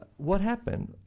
what happened?